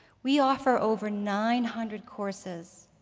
we offer over nine hundred courses.